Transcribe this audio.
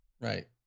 Right